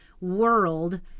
world